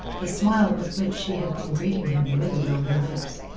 the smile with which she had been greeting him withered on her lips.